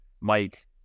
Mike